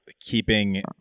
keeping